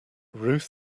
ruth